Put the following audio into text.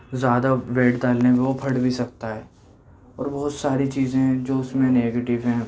زیادہ ویٹ ڈالنے میں وہ پھٹ بھی سکتا ہے اور بہت ساری چیزیں جو اس میں نگیٹیو ہیں